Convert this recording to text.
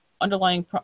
underlying